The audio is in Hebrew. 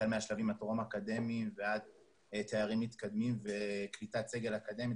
החל מהשלבים הטרום אקדמיים ועד תארים מתקדמים וקליטת סגל אקדמי,